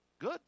Good